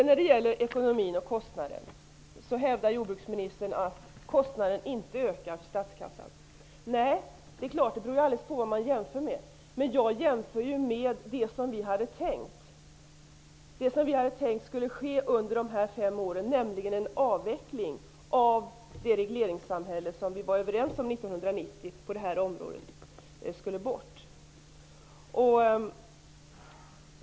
När det gäller ekonomin hävdar jordbruksministern att kostnaden för statskassan inte ökar. Det beror ju alldeles på vad man jämför med. Jag jämför med det som vi hade tänkt skulle ske under de här fem åren, alltså på den avveckling av regleringssamhället på det här området som vi var överens om 1990.